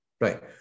right